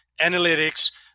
analytics